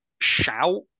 Shout